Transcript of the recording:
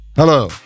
Hello